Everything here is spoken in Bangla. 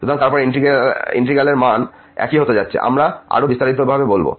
সুতরাং তারপর ইন্টিগ্রালের মান একই হতে যাচ্ছে আমাকে আরো বিস্তারিতভাবে বলুন